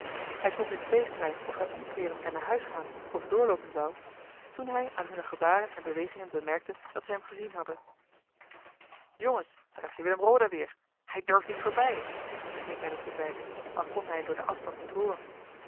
hij stond in tweestrijd of hij omkeeren en naar huis gaan of doorloopen zou toen hij aan hunne gebaren en bewegingen bemerkte dat ze hem gezien hadden jongens daar heb je willem roda weer hij durft niet voorbij begreep hij dat zij zeiden al kon hij het door den afstand niet hooren